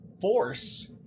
force